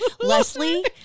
Leslie